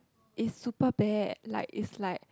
is super bad like is like